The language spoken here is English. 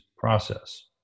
process